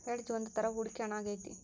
hedge ಒಂದ್ ತರ ಹೂಡಿಕೆ ಹಣ ಆಗೈತಿ